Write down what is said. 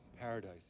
paradise